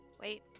Wait